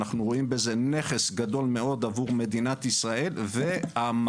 אנחנו רואים בזה נכס גדול מאוד עבור מדינת ישראל והמנוף